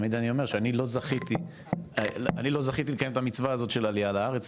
תמיד אני אומר שאני לא זכיתי לקיים את המצווה הזאת של עלייה לארץ.